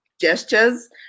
gestures